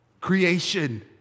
Creation